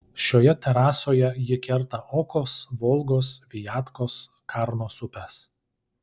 šioje terasoje ji kerta okos volgos viatkos karnos upes